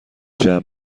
جمع